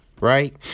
right